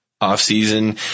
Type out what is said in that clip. off-season